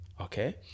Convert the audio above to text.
Okay